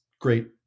great